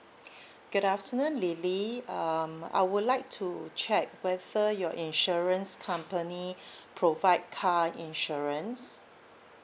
good afternoon lily um I would like to check whether your insurance company provide car insurance